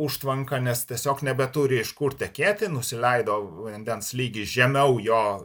užtvanka nes tiesiog nebeturi iš kur tekėti nusileido vandens lygį žemiau jo